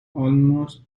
almost